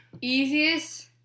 easiest